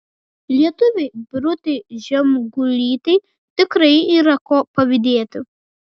lietuvei birutei žemgulytei tikrai yra ko pavydėti